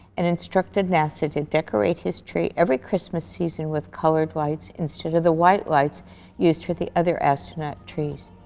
and instructed nasa to decorate his tree every christmas season with colored lights instead of the white lights used for the other astronaut trees.